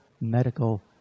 medical